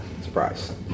Surprise